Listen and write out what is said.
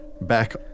back